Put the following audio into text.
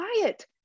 quiet